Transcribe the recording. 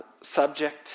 subject